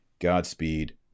Godspeed